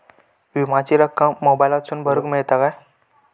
विमाची रक्कम मोबाईलातसून भरुक मेळता काय?